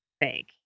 Fake